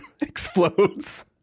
explodes